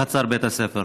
בחצר בית הספר?